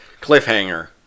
cliffhanger